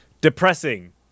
depressing